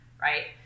right